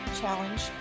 challenge